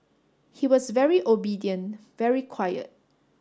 he was very obedient very quiet